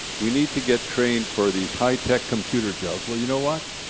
we need to get trained for these high-tech computer jobs, well you know what?